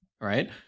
right